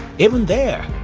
even there,